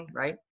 right